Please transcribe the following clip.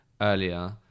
earlier